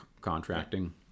contracting